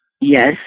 Yes